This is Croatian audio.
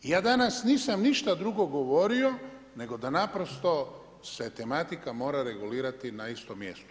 Ja danas nisam ništa drugo govorio nego da naprosto se tematika mora regulirati na istom mjestu.